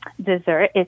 dessert